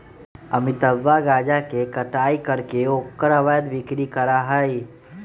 अमितवा गांजा के कटाई करके ओकर अवैध बिक्री करा हई